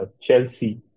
Chelsea